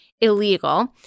illegal